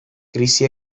krisi